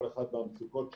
כל אחד והמצוקות שלו,